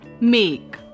make